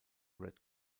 red